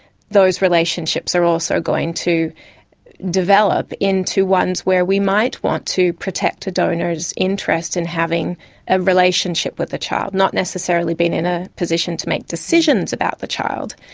those relationships are also going to develop into ones where we might want to protect a donor's interest in having a relationship with a child, not necessarily being in a position to make decisions about the child,